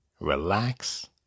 relax